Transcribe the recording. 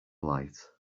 light